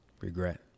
Regret